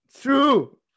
true